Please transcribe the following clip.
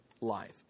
life